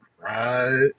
right